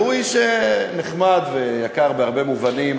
שהוא איש נחמד ויקר בהרבה מובנים,